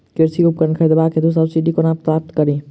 कृषि उपकरण खरीदबाक हेतु सब्सिडी कोना प्राप्त कड़ी?